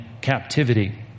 captivity